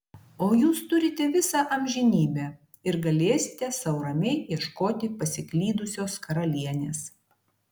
o jūs turite visą amžinybę ir galėsite sau ramiai ieškoti pasiklydusios karalienės